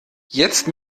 jetzt